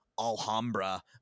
Alhambra